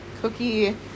cookie